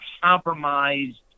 compromised